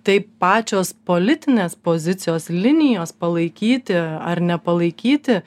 tai pačios politinės pozicijos linijos palaikyti ar nepalaikyti